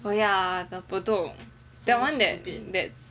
oh ya the Bedok the one that that